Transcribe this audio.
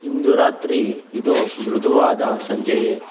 ಇಂದು ರಾತ್ರಿ ಇದು ಮೃದುವಾದ ಸಂಜೆಯೇ